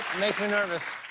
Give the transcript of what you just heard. makes may nervous.